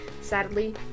Sadly